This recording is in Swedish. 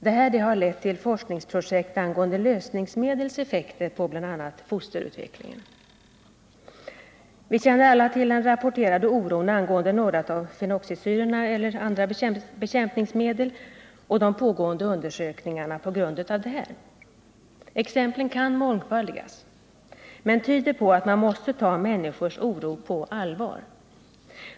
Detta har lett till forskningsprojekt angående lösningsmedels effekter på bl.a. fosterutvecklingen. Vi känner alla till den rapporterade oron angående några av fenoxisyrorna och andra bekämpningsmedel samt de pågående undersökningarna på grund av detta. Exemplen kan mångfaldigas men tyder på att man måste ta människors oro på allvar.